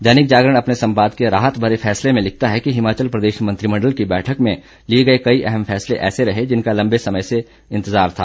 दैनिक जागरण अपने संपादकीय राहत भरे फैसले में लिखता है कि हिमाचल प्रदेश मंत्रिमंडल की बैठक में लिए गए कई अहम फैसले ऐसे रहे जिनका लंबे समय से इंतजार था